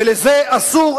ולזה אסור,